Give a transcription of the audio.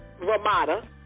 Ramada